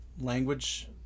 language